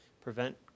prevent